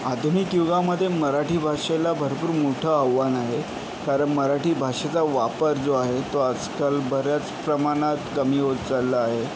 आधुनिक युगामध्ये मराठी भाषेला भरपूर मोठं आव्हान आहे कारण मराठी भाषेचा वापर जो आहे तो आजकाल बऱ्याच प्रमाणात कमी होत चालला आहे